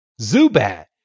Zubat